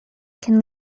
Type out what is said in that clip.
can